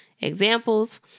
Examples